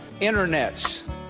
internets